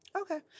Okay